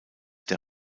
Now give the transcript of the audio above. der